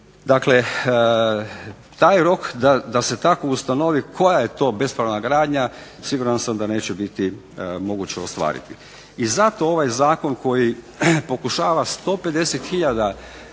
Dakle, taj rok da se tako ustanovi koja je to bespravna gradnja siguran sam da neće biti moguće ostvariti. I zato ovaj zakon koji pokušava 150